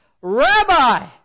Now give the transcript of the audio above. rabbi